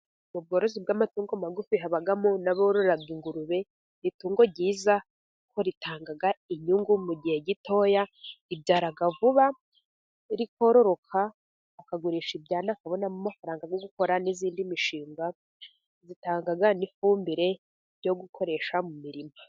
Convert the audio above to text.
Mu bworozi bw'amatungo magufi habamo n'aborora ingurube, itungo ryiza, kuko ritanga inyungu mu gihe gitoya, ibyara vuba, rikororoka, akagurisha ibyana akabonamo amafaranga yo gukora n'iyindi mishinga, itanga n'ifumbire yo gukoresha mu mirimo.